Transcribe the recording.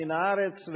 מן הארץ,